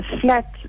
flat